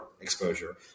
exposure